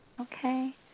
okay